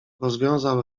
rozwiązał